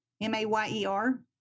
M-A-Y-E-R